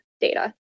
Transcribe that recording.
data